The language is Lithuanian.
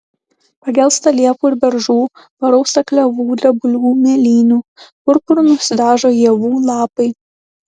pagelsta liepų ir beržų parausta klevų drebulių mėlynių purpuru nusidažo ievų lapai